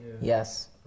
Yes